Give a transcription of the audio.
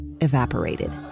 evaporated